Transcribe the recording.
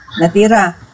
Natira